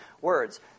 words